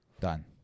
Done